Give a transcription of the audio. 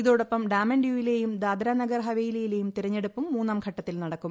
ഇതോടൊപ്പം ഡാമൻ ഡ്യൂവിലെയും ദാദ്ര നാഗർ ഹവേലിയിലെയും തിരഞ്ഞെടുപ്പും മൂന്നാംഘട്ടത്തിൽ നടക്കും